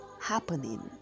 happening